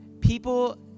people